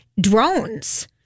drones